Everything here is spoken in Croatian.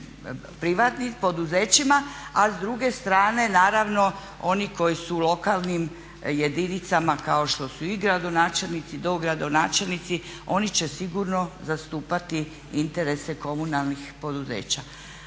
pogrebničkim poduzećima. A s druge strane naravno oni koji su u lokalnim jedinicama kao što su i gradonačelnici, dogradonačelnici oni će sigurno zastupati interese komunalnih poduzeća.